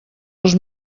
els